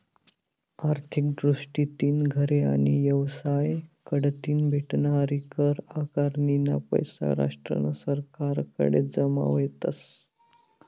आर्थिक दृष्टीतीन घरे आणि येवसाय कढतीन भेटनारी कर आकारनीना पैसा राष्ट्रना सरकारकडे जमा व्हतस